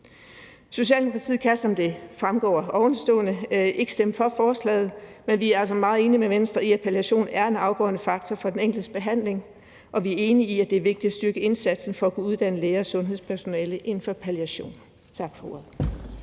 Socialdemokratiet kan, som det fremgår af ovenstående, ikke stemme for forslaget, men vi er altså meget enige med Venstre i, at palliation er en afgørende faktor for den enkeltes behandling, og vi er enige i, at det er vigtigt at styrke indsatsen for at kunne uddanne læger og sundhedspersonale inden for palliation. Tak for ordet.